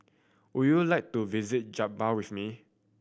would you like to visit Juba with me